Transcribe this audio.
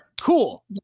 Cool